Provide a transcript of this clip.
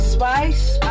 Spice